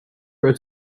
grow